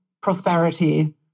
prosperity